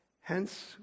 hence